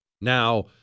Now